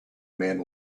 man